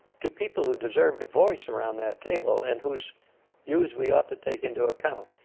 to people who deserved a voice around that table, and whose views we ought to take into account.